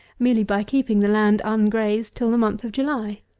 merely by keeping the land ungrazed till the month of july.